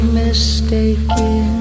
mistaken